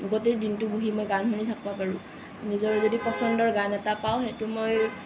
গোটেই দিনটো বহি মই গান শুনি থাকব পাৰোঁ নিজৰ যদি পচন্দৰ গান এটা পাওঁ সেইটো মই